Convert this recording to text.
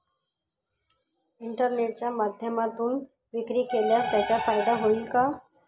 इंटरनेटच्या माध्यमातून विक्री केल्यास त्याचा फायदा होईल का?